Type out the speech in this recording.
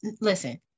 listen